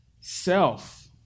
self